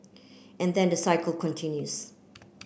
and then the cycle continues